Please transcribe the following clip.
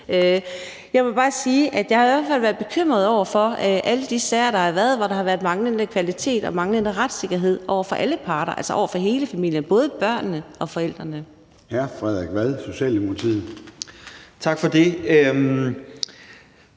jeg i hvert fald har været bekymret over alle de sager, der har været, hvor der har været manglende kvalitet og manglende retssikkerhed over for alle parter, altså over for hele familien – både børnene og forældrene.